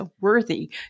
worthy